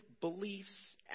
beliefs